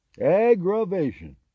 Aggravation